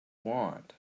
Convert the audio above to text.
want